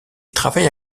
travaille